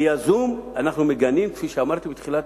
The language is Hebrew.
בייזום, אנחנו מגנים, כפי שאמרתי בתחילה.